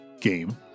game